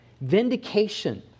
Vindication